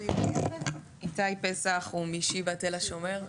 איתי פסח משיבא תל השומר.